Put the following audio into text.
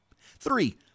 Three